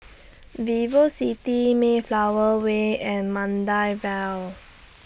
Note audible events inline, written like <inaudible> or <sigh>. <noise> Vivocity Mayflower Way and Maida Vale